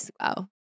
Wow